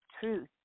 truth